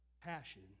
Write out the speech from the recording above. passion